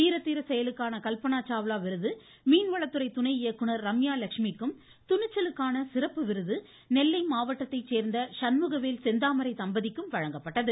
வீரதீர செயலுக்கான கல்பனா சாவ்லா விருது மீன்வளத்துறை துணை இயக்குநர் ரம்யா லட்சுமிக்கும் துணிச்சலுக்கான சிறப்பு விருது நெல்லை மாவட்டத்தை சேர்ந்த சண்முகவேல் செந்தாமரை தம்பதிக்கும் வழங்கப்பட்டது